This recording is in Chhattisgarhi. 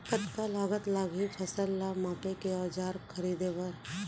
कतका लागत लागही फसल ला मापे के औज़ार खरीदे बर?